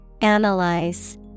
Analyze